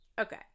Okay